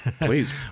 please